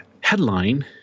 headline